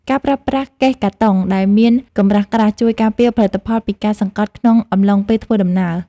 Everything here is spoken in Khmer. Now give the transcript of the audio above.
ការប្រើប្រាស់កេសកាតុងដែលមានកម្រាស់ក្រាស់ជួយការពារផលិតផលពីការសង្កត់ក្នុងអំឡុងពេលធ្វើដំណើរ។